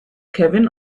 kevin